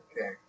Okay